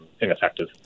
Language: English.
ineffective